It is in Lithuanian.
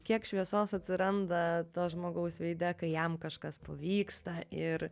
kiek šviesos atsiranda to žmogaus veide kai jam kažkas pavyksta ir